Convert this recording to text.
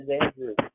Andrew